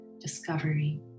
discovery